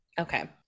okay